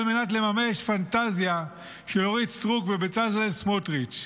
מנת לממש פנטזיה של אורית סטרוק ובצלאל סמוטריץ.